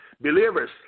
Believers